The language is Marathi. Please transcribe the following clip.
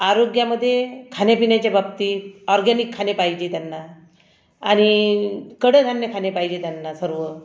आरोग्यामध्ये खाण्यापिण्याच्या बाबतीत ऑर्ग्यानिक खाणे पाहिजे त्यांना आणि कडधान्ये खाणे पाहिजे त्यांना सर्व